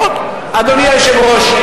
אדוני היושב-ראש,